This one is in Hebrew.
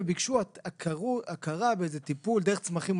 והם ביקשו הכרה באיזה טיפול דרך צמחים.